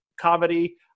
comedy